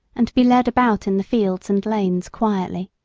and to be led about in the fields and lanes quietly,